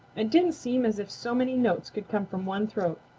it didn't seem as if so many notes could come from one throat.